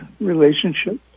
relationship